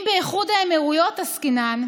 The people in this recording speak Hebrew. אם באיחוד האמירויות עסקינן,